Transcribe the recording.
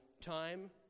time